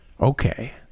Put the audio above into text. Okay